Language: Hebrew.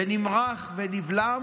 ונמרח ונבלם.